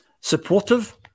supportive